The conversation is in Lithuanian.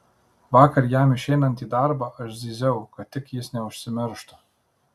vakar jam išeinant į darbą aš zyziau kad tik jis neužsimirštų